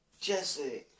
Jesse